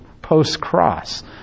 post-cross